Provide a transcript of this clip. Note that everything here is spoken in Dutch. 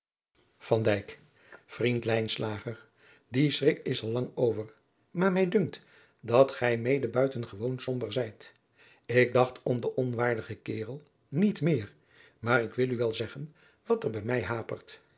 adriaan loosjes pzn het leven van maurits lijnslager lang over maar mij dunkt dat gij mede buitengewoon somber zijt ik dacht om den onwaardigen karel niet meer maar ik wil u wel zeggen wat er bij mij hapert